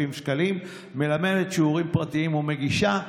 שקלים ומלמדת שיעורים פרטיים ומגישה,